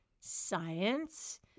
science